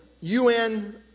UN